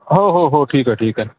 हो हो हो ठीक आहे ठीक आहे